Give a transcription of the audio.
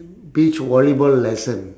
beach volleyball lesson